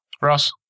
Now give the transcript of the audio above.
Ross